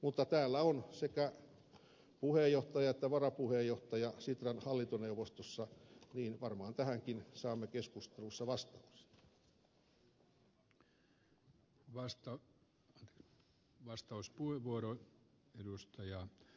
mutta täällä ovat sekä puheenjohtaja että varapuheenjohtaja sitran hallintoneuvostosta niin että varmaan tähänkin saamme keskustelussa vastauksia